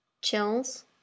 chills